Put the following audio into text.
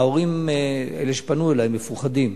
ההורים, אלה שפנו אלי, מפוחדים.